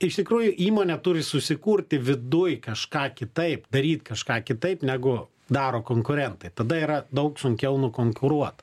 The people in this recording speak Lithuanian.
iš tikrųjų įmonė turi susikurti viduj kažką kitaip daryt kažką kitaip negu daro konkurentai tada yra daug sunkiau nukonkuruot